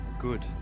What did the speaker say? Good